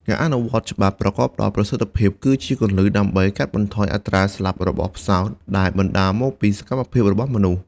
ការអនុវត្តច្បាប់ប្រកបដោយប្រសិទ្ធភាពគឺជាគន្លឹះដើម្បីកាត់បន្ថយអត្រាស្លាប់របស់ផ្សោតដែលបណ្ដាលមកពីសកម្មភាពរបស់មនុស្ស។